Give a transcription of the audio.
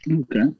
Okay